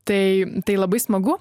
tai tai labai smagu